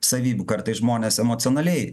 savybių kartais žmonės emocionaliai